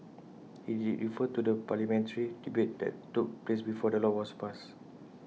he did refer to the parliamentary debate that took place before the law was passed